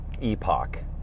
epoch